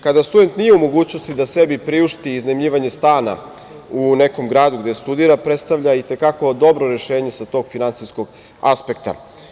Kada student nije u mogućnosti da sebi priušti iznajmljivanje stana u gradu gde studira predstavlja i te kako dobro rešenje sa tog finansijskog aspekta.